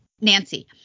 Nancy